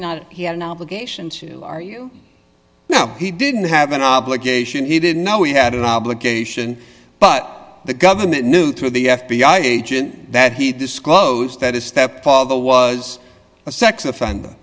not he had an obligation to our you know he didn't have an obligation he didn't know we had an obligation but the government knew through the f b i agent that he disclosed that his stepfather was a sex offender